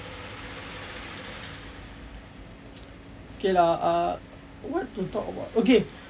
okay lah err what to talk about okay